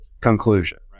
conclusion